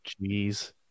Jeez